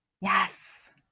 Yes